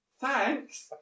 Thanks